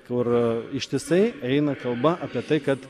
kur ištisai eina kalba apie tai kad